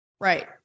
right